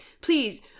Please